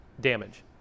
damage